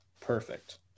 perfect